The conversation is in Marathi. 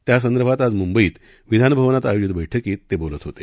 त्यासंदर्भात आज मुंबईत विधानभवनात आयोजित बैठकीत ते बोलत होते